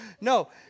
No